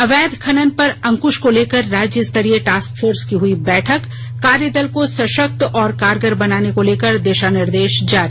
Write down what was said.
अवैध खनन पर अंकृश को लेकर राज्यस्तरीय टास्क फोर्स की हई बैठक कार्यदल को सशक्त और कारगर बनाने को लेकर दिशा निर्देश जारी